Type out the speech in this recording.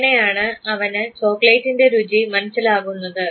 ഇങ്ങനെയാണ് അവന് ചോക്ലേറ്റിൻറെ രുചി മനസ്സിലാകുന്നത്